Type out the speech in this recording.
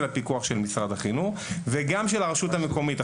הפיקוח של משרד החינוך וגם של הרשות המקומית.